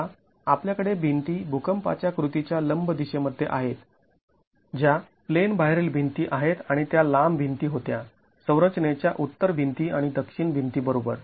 आता आपल्याकडे भिंती भुकंपाच्या कृतीच्या लंब दिशेमध्ये आहेत ज्या प्लेन बाहेरील भिंती आहेत आणि त्या लांब भिंती होत्या संरचनेच्या उत्तर भिंती आणि दक्षिण भिंती बरोबर